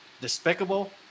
despicable